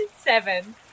Seven